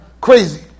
crazy